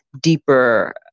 deeper